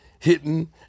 Hitting